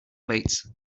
plates